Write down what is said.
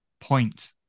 point